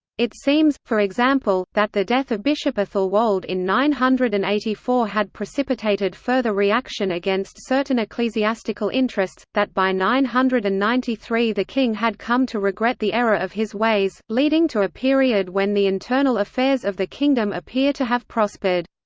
it seems, for example, that the death of bishop aethelwold in nine hundred and eighty four had precipitated further reaction against certain ecclesiastical interests that by nine hundred and ninety three the king had come to regret the error of his ways, leading to a period when the internal affairs of the kingdom appear to have prospered.